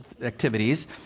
activities